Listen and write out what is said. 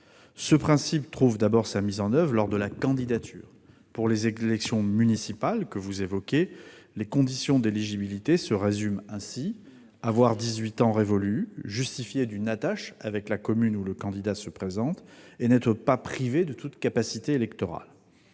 Ce principe trouve d'abord sa mise en oeuvre lors de la candidature. Pour les élections municipales, que vous évoquez, les conditions d'éligibilité se résument ainsi : avoir 18 ans révolus, justifier d'une attache avec la commune où le candidat se présente et ne pas être privé de toute capacité électorale.